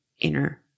inner